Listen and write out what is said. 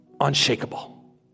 Unshakable